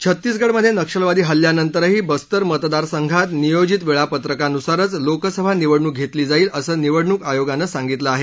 छत्तीसगडमध्ये नक्षलवादी हल्ल्यानंतरही बस्तर मतदार संघात नियोजित वेळापत्रकानुसारच लोकसभा निवडणूक घेतली जाईल असं निवडणूक आयोगानं सांगितलं आहे